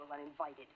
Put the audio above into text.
uninvited